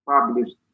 published